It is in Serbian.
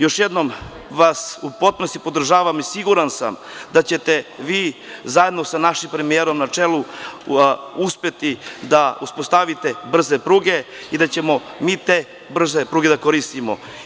Još jednom vas u potpunosti podržavam i siguran sam da ćete vi zajedno sa našim premijerom na čelu, uspeti da uspostavite brze pruge, i da ćemo mi te brze pruge da koristimo.